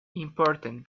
important